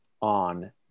on